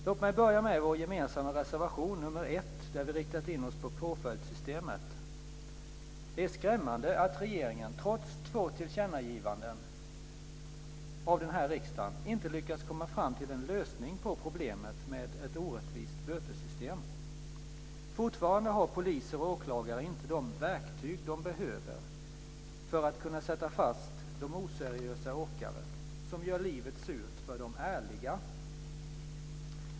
Låt mig börja med vår gemensamma reservation nr 1, där vi har riktat in oss på påföljdssystemet. Det är skrämmande att regeringen trots två tillkännagivanden från den här riksdagen inte har lyckats komma fram till en lösning på problemet med ett orättvist bötessystem. Fortfarande har poliser och åklagare inte de verktyg som de behöver för att kunna sätta fast de oseriösa åkare som gör livet surt för de ärliga.